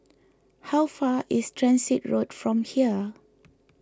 how far is Transit Road from here